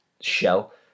shell